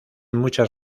muchas